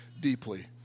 deeply